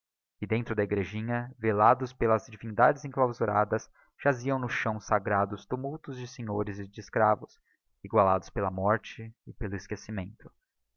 e dentro da egrejinha velados pelas divindades enclausuradas jaziam no chão sagrado os túmulos de senhores e de escravos egualados pela morte e pelo esquecimento